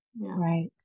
Right